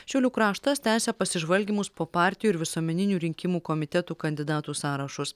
šiaulių kraštas tęsia pasižvalgymus po partijų ir visuomeninių rinkimų komitetų kandidatų sąrašus